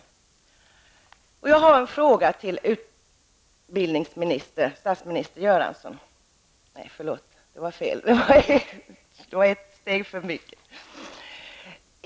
Jag har en fråga till utbildningsministern.